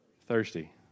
thirsty